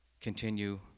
continue